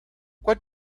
what